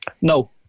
No